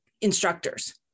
instructors